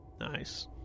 Nice